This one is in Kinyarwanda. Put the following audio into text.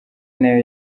nayo